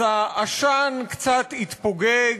אז העשן קצת התפוגג,